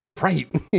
right